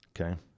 Okay